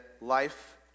life